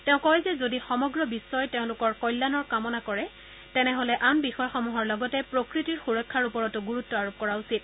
তেওঁ কয় যে যদি সমগ্ৰ বিশ্বই তেওঁলোকৰ কল্যাণ কামনা কৰে তেনেহলে আন বিষয়সমূহৰ লগতে প্ৰকৃতিৰ সুৰক্ষাৰ ওপৰতো গুৰুত্ব আৰোপ কৰা উচিত